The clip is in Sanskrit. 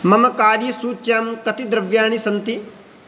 मम कार्यसूच्यां कति द्रव्याणि सन्ति